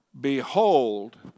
Behold